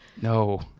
No